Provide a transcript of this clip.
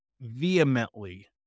vehemently